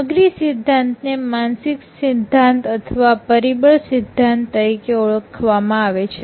સામગ્રી સિદ્ધાંતને માનસિક સિદ્ધાંત અથવા પરિબળ સિદ્ધાંત તરીકે ઓળખવામાં આવે છે